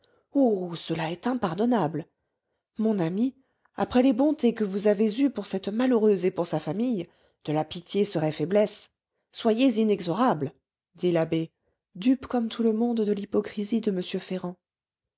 cela est impardonnable mon ami après les bontés que vous avez eues pour cette malheureuse et pour sa famille de la pitié serait faiblesse soyez inexorable dit l'abbé dupe comme tout le monde de l'hypocrisie de m ferrand